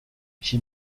she